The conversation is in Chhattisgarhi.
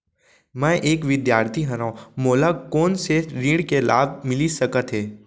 मैं एक विद्यार्थी हरव, मोला कोन से ऋण के लाभ मिलिस सकत हे?